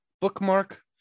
bookmark